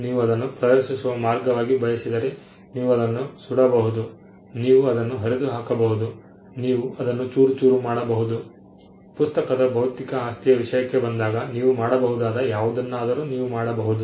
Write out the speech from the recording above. ನೀವು ಅದನ್ನು ಪ್ರದರ್ಶಿಸುವ ಮಾರ್ಗವಾಗಿ ಬಯಸಿದರೆ ನೀವು ಅದನ್ನು ಸುಡಬಹುದು ನೀವು ಅದನ್ನು ಹರಿದು ಹಾಕಬಹುದು ನೀವು ಅದನ್ನು ಚೂರುಚೂರು ಮಾಡಬಹುದು ಪುಸ್ತಕದ ಭೌತಿಕ ಆಸ್ತಿಯ ವಿಷಯಕ್ಕೆ ಬಂದಾಗ ನೀವು ಮಾಡಬಹುದಾದ ಯಾವುದನ್ನಾದರೂ ನೀವು ಮಾಡಬಹುದು